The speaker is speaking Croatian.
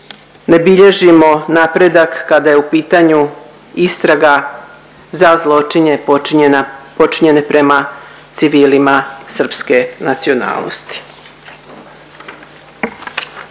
ne bilježimo napredak kada je u pitanju istraga za zločine počinjene prema civilima srpske nacionalnosti.